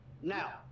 Now